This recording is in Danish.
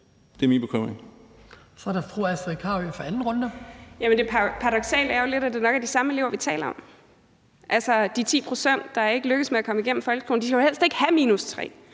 anden kort bemærkning. Kl. 18:00 Astrid Carøe (SF): Jamen det paradoksale er jo lidt, at det nok er de samme elever, vi taler om, altså de 10 pct., der ikke lykkes med at komme igennem folkeskolen. De skal jo helst ikke have -3;